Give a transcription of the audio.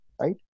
right